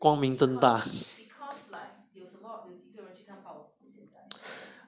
光明正大